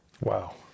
Wow